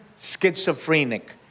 schizophrenic